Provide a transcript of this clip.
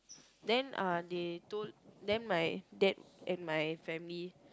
then uh they told then my dad and my family